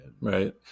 Right